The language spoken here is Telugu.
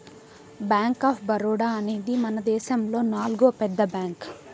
బ్యాంక్ ఆఫ్ బరోడా అనేది మనదేశములో నాల్గో పెద్ద బ్యాంక్